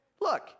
look